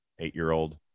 eight-year-old